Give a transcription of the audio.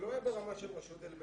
שלא יהיה ברמה של רשות אלא